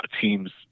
teams